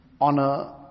honor